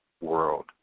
world